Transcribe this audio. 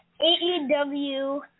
AEW